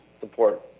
support